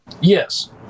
Yes